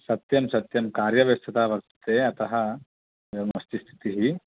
सत्यं सत्यं कार्यव्यस्तता वर्तते अतः एवमस्ति स्थितिः